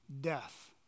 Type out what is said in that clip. death